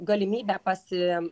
galimybę pasi